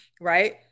right